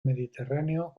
mediterráneo